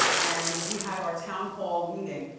and we had our town hall meeting,